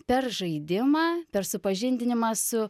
per žaidimą per supažindinimą su